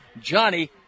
Johnny